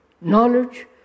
knowledge